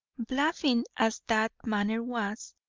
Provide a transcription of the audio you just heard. baffling as that manner was,